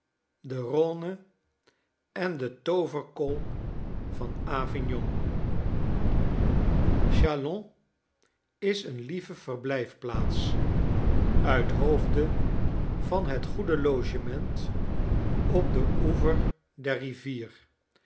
de rhone en de tooverkol van avignon chalons is eene lieve verblijfplaats uithoofde van het goede logement op den oever der rivier